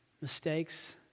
mistakes